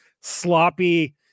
sloppy